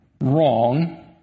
Wrong